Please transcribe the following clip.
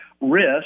risk